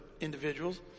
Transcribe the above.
individuals